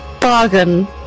bargain